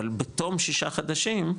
אבל בתום שישה חודשים,